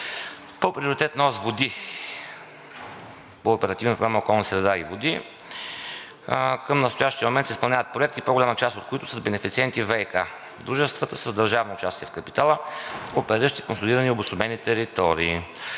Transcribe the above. По Пиоритетна ос „Води“ по Оперативна програма „Околна среда и води“ към настоящия момент се изпълняват проекти, по-голямата част от които са с бенефициенти ВиК дружества с държавно участие в капитала, опериращи в консолидирани обособени територии.